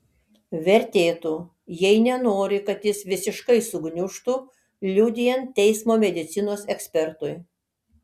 vertėtų jei nenori kad jis visiškai sugniužtų liudijant teismo medicinos ekspertui